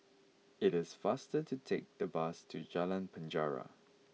it is faster to take the bus to Jalan Penjara